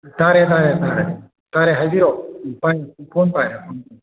ꯇꯥꯔꯦ ꯇꯥꯔꯦ ꯇꯥꯔꯦ ꯇꯥꯔꯦ ꯍꯥꯏꯕꯤꯔꯛꯑꯣ ꯄꯥꯏ ꯐꯣꯟ ꯄꯥꯏꯔꯦ